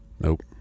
nope